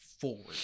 forward